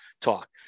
talk